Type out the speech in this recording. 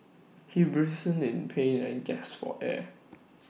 he writhed in pain and gasped for air